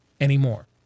anymore